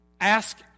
Ask